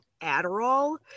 adderall